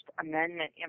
Amendment